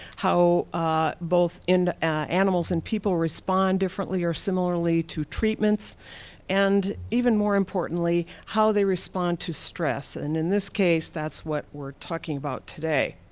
how ah both animals and people respond differently or similarly to treatments and even more importantly how they respond to stress. and in this case, that's what we're talking about today.